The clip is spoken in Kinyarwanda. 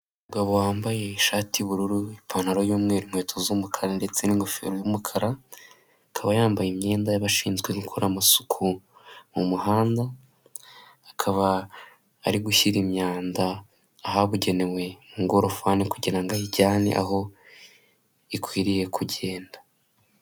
Umugabo wambaye ishati y'ubururu, ipantaro y'umweru, inkweto z'umukara ndetse n'ingofero y'umukara akaba yambaye imyenda yabashinzwe gukora amasuku mu muhanda akaba ari gushyira imyanda ahabugenewe mu ngorofani kugira ngo ayijyane aho ikwiriye kugenda.